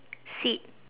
sit